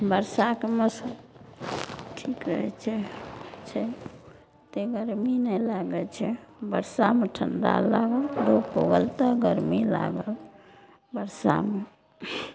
बरसाके मौसम ठीक रहैत छै तहिमे गरमी नहि लागैत छै बरसामे ठंडा लागल धूप होल तऽ गरमी लागल बरसामे